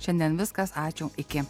šiandien viskas ačiū iki